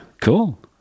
cool